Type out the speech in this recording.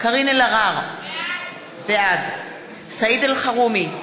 קארין אלהרר, בעד סעיד אלחרומי,